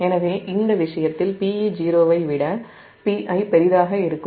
எனவே இந்த விஷயத்தில் Pe0 வை விட Pi பெரிதாக இருக்கும்